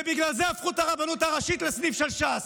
ובגלל זה הפכו את הרבנות הראשית לסניף של ש"ס,